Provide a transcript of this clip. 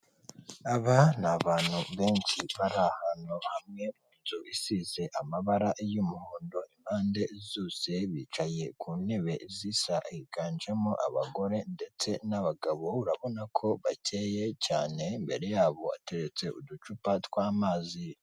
Aba ni abantu benshi bari ahantu hamwe inzu isize amabara y'umuhondo impande zose, bicaye ku ntebe zisa higanjemo abagore ndetse n'abagabo urabona ko bakeye cyane imbere yabo hateretse uducupa tw'amazi.